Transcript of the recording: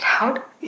out